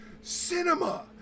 Cinema